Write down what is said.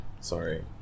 Sorry